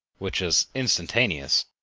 which was instantaneous,